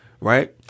right